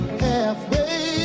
halfway